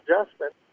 adjustment